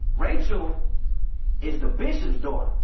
rachel is the bishop's daughter.